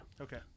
Okay